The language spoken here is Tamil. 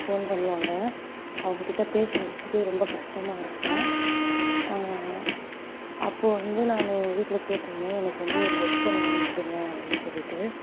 ஃபோன் பண்ணுவாங்க அவங்கக்கிட்ட பேசுகிறத்துக்கே ரொம்ப கஷ்டமாக இருக்கும் அப்போது வந்து நான் எங்கள் வீட்டில கேட்டிருந்தேன் எனக்கு வந்து ஒரு ஹெட் ஃபோன் வாங்கிக்கொடுங்க அப்படின்னு சொல்லிட்டு